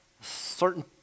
certain